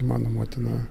mano motina